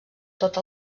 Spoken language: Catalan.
tot